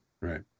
right